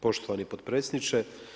Poštovani potpredsjedniče.